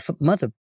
mother